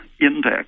index